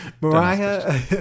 Mariah